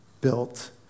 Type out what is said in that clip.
built